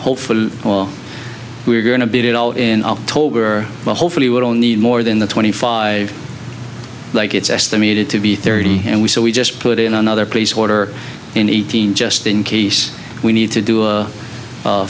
hopefully we're going to beat it all in october well hopefully we don't need more than the twenty five like it's estimated to be thirty and we so we just put in another place order in one thousand just in case we need to do